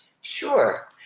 Sure